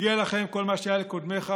מגיע לך כל מה שהיה לקודמיך,